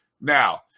Now